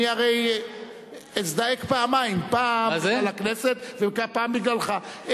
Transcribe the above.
אני הרי אזדעק פעמיים, פעם על הכנסת ופעם בגללך.